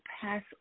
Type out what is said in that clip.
pass